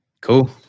Cool